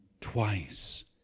twice